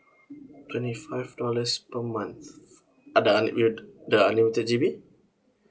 twenty five dollars per month uh the unlimited the unlimited G_B